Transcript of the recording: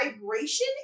vibration